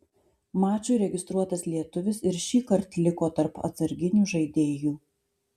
mačui registruotas lietuvis ir šįkart liko tarp atsarginių žaidėjų